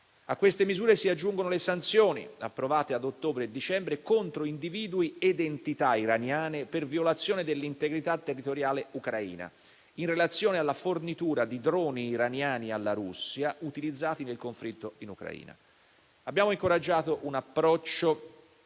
A queste misure si aggiungono le sanzioni approvate a ottobre e a dicembre contro individui ed entità iraniane per violazione dell'integrità territoriale ucraina, in relazione alla fornitura di droni iraniani alla Russia, utilizzati nel conflitto in Ucraina. Abbiamo incoraggiato un approccio